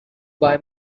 buy